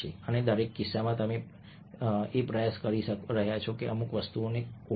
અને દરેક કિસ્સામાં તમે પ્રયાસ કરી રહ્યા છો અમુક વસ્તુઓ ઓળખો